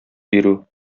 бирү